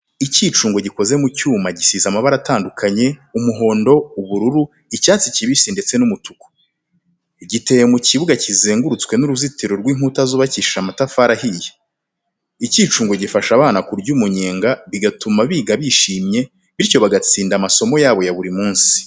Icyicungo gikoze mu cyuma gisize amabara atandukanye, umuhondo, ubururu, icyatsi kibisi ndetse n’umutuku. Giteye mu kibuga kizengurutswe n’uruzitiro rw’inkuta zubakishije amatafari ahiye. Icyucungo gifasha abana kurya umunyenga bigatuma biga bishimye, bityo bagatsinda amasomo yabo ya buri munsi.